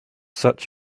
such